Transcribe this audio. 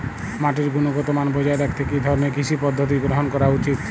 মাটির গুনগতমান বজায় রাখতে কি ধরনের কৃষি পদ্ধতি গ্রহন করা উচিৎ?